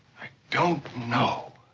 don't know!